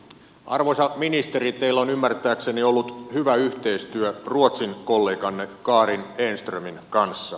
arvoisa ministeri teillä on ymmärtääkseni ollut hyvä yhteistyö ruotsin kolleganne karin enströmin kanssa